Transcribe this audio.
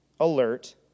alert